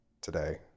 today